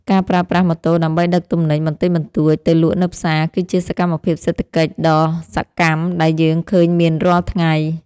ការប្រើប្រាស់ម៉ូតូដើម្បីដឹកទំនិញបន្តិចបន្តួចទៅលក់នៅផ្សារគឺជាសកម្មភាពសេដ្ឋកិច្ចដ៏សកម្មដែលយើងឃើញមានរាល់ថ្ងៃ។